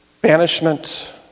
banishment